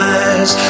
eyes